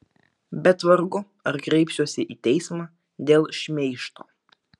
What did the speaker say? bet vargu ar kreipsiuosi į teismą dėl šmeižto